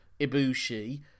Ibushi